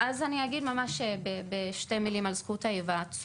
אז אני אגיד ממש בשתי מילים על זכות ההיוועצות,